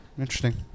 interesting